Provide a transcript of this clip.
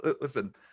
Listen